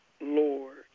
Lord